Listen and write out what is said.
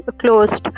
closed